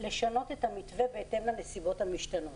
לשנות את המתווה בהתאם לנסיבות המשתנות.